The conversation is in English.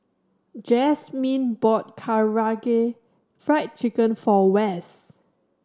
Jazmyne bought Karaage Fried Chicken for Wess